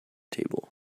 table